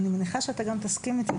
אני מניחה שאתה גם תסכים איתי,